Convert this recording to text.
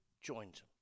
joins